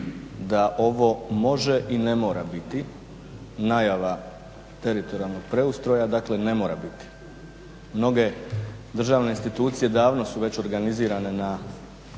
da ovo može i ne mora biti najava teritorijalnog preustroja, dakle ne mora biti. Mnoge državne institucije davno su već organizirane na